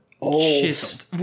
old